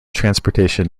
transportation